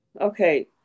Okay